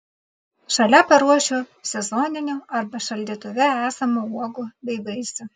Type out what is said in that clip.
šalia paruošiu sezoninių arba šaldytuve esamų uogų bei vaisių